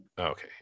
Okay